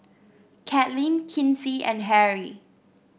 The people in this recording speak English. Katlyn Kinsey and Harry